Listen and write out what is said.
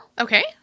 Okay